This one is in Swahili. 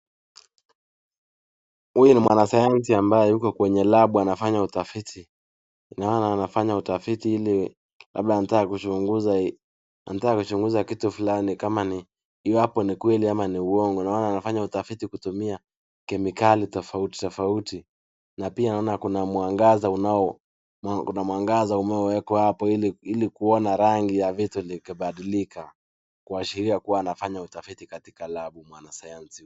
Huyu ni mwanasayansi ambaye yuko kwenye lab anafanya utafiti. Naona anafanya utafiti ili labda anataka kuchunguza anataka kuchunguza kitu fulani kama ni iwapo ni kweli ama ni uongo. Naona anafanya utafiti kutumia kemikali tofauti tofauti na pia naona kuna mwangaza unao kuna mwangaza umewekwa hapo ili ili kuona rangi ya vitu ikibadilika kuashiria kuwa anafanya utafiti katika lab mwanasayansi.